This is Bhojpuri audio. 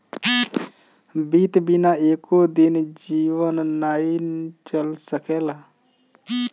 वित्त बिना एको दिन जीवन नाइ चल सकेला